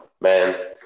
Man